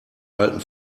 alten